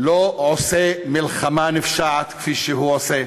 לא עושה מלחמה נפשעת כפי שהוא עושה,